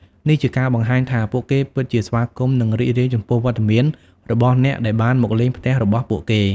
នេះជាការបង្ហាញថាពួកគេពិតជាស្វាគមន៍និងរីករាយចំពោះវត្តមានរបស់អ្នកដែលបានមកលេងផ្ទះរបស់ពួកគេ។